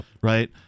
right